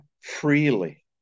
freely